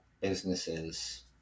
businesses